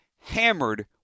hammered